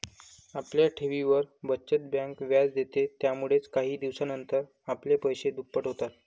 आपल्या ठेवींवर, बचत बँक व्याज देते, यामुळेच काही दिवसानंतर आपले पैसे दुप्पट होतात